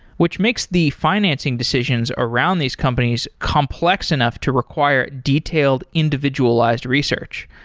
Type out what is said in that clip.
which makes the financing decisions around these companies complex enough to require detailed individualized research.